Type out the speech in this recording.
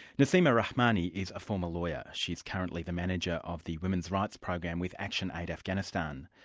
nasima rahmani is a former lawyer. she's currently the manager of the women's rights program with actionaid afghanistan.